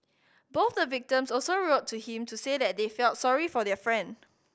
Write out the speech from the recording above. both the victims also wrote to him to say that they felt sorry for their friend